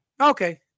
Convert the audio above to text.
okay